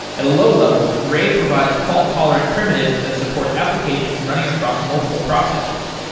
at a low level, ray provides fault tolerant primitives that support applications running across multiple processors.